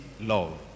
love